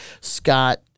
Scott